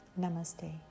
Namaste